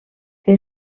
que